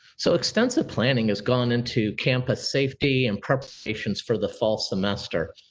so extensive planning has gone into campus safety and preparations for the fall semester.